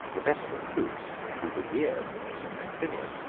the veteran troops, who revered the name of maximian,